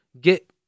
get